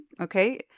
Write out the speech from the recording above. Okay